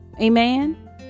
amen